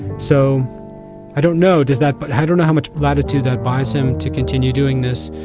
so i don't know does that but i don't know how much latitude that buys him to continue doing this.